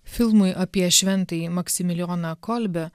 filmui apie šventąjį maksimilijoną kolbę